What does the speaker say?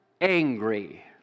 angry